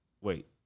Wait